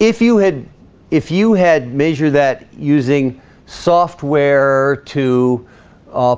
if you had if you had measure that using software to